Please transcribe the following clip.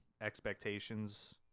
expectations